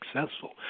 successful